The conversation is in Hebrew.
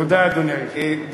תודה, אדוני היושב-ראש.